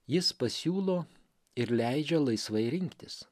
jis pasiūlo ir leidžia laisvai rinktis